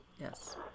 Yes